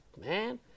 man